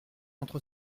entre